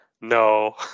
no